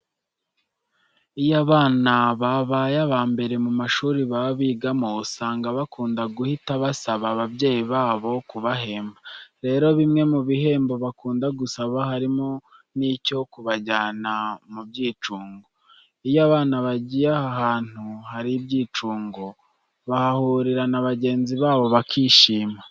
Iyo abana babaye aba mbere mu mashuri baba bigamo usanga bakunda guhita basaba ababyeyi babo kubahemba. Rero, bimwe mu bihembo bakunda gusaba harimo n'icyo kubajyana mu byicungo. Iyo abana bagiye aha hantu hari ibyicungo, bahahurira na bagenzi babo bakishima.